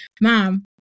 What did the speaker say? mom